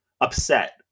upset